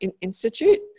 Institute